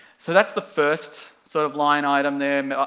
so that's the first sort of line item there,